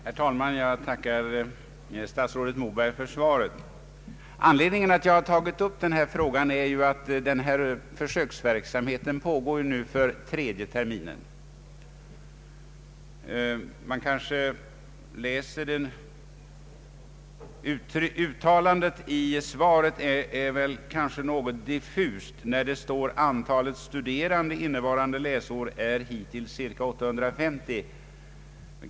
Herr talman! Jag tackar statsrådet Moberg för svaret. Anledningen till att jag tagit upp denna fråga är att försöksverksamheten nu pågår den tredje terminen. Ett uttalande i svaret är kanske något diffust. Det står att antalet studerande innevarande läsår är hittills ca 850.